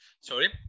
Sorry